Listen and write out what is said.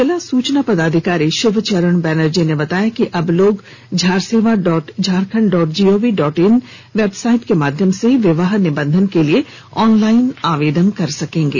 जिला सूचना पदाधिकारी शिव चरण बनर्जी ने बताया कि अब लोग Jharsewa dot Jharkhand dot G O V dot in website के माध्यम से विवाह निबंधन के लिए ऑनलाइन आवेदन कर सकेंगे